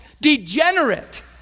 degenerate